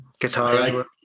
guitar